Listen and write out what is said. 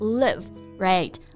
live,right 。